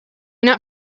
not